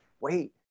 wait